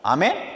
Amen